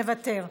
מוותר.